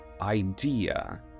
idea